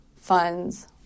funds